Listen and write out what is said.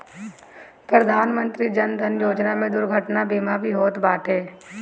प्रधानमंत्री जन धन योजना में दुर्घटना बीमा भी होत बाटे